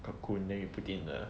cocoon then we put in the